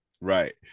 right